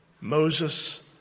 Moses